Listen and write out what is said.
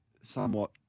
somewhat